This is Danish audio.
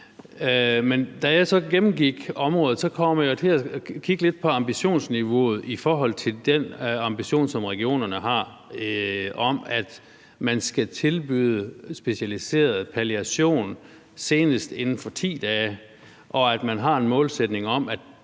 Men da jeg så gennemgik området, kom jeg til at kigge lidt på ambitionsniveauet i forhold til den ambition, som regionerne har, om, at man skal tilbyde specialiseret palliation senest inden for 10 dage, og at man har en målsætning om, at